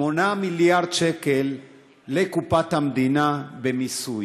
8 מיליארד שקל לקופת המדינה במסים,